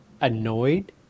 annoyed